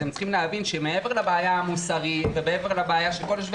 אתם צריכים להבין שמעבר לבעיה המוסרית ומעבר לבעיה שכל יושבי